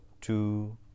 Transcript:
two